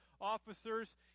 officers